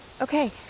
Okay